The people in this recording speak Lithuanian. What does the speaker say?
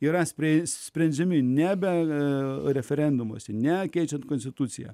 yra spręs sprendžiami nebe referendumuose ne keičiant konstituciją